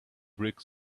brick